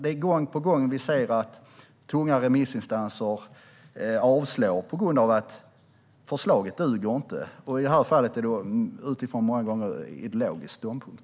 Vi ser gång på gång att tunga remissinstanser avslår förslaget på grund av att det inte duger. I det här fallet är det många gånger utifrån ideologisk ståndpunkt.